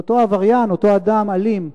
אותו עבריין, אותו אדם אלים,